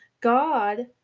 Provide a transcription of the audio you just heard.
God